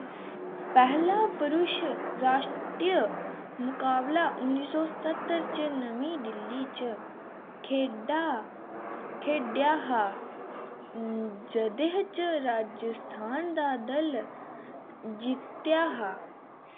पैह्ला पुरुश राश्ट्री मकाबला उन्नी सौ सत्तर च नमीं दिल्ली च खेढेआ गेआ हा जेह्दे च राजस्थान दा दल जित्तेआ हा